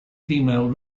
female